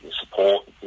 support